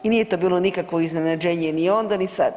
I nije to bilo nikakvo iznenađenje ni onda, ni sad.